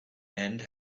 and